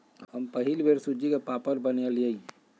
हम पहिल बेर सूज्ज़ी के पापड़ बनलियइ